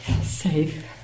safe